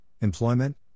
employment